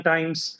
Times